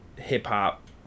hip-hop